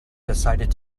decided